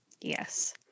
Yes